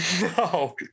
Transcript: No